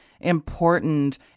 important